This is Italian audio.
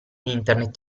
internet